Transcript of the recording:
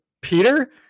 Peter